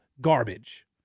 garbage